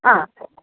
ആ